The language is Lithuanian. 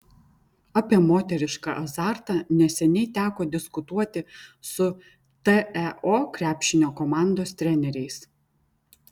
apie moterišką azartą neseniai teko diskutuoti su teo krepšinio komandos treneriais